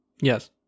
Yes